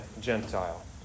Gentile